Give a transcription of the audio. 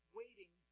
waiting